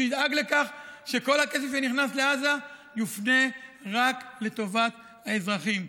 שידאג לכך שכל הכסף שנכנס לעזה יופנה רק לטובת האזרחים,